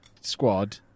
squad